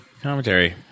commentary